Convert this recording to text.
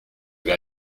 vais